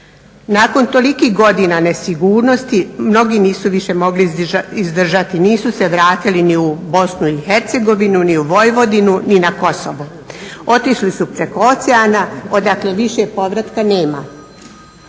Nakon tolikih godina nesigurnosti mnogi više nisu mogli izdržati, nisu se vratili ni u BiH ni u Vojvodinu ni na Kosovo. Otišli su preko oceana odakle više povratka nema.